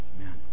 amen